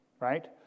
right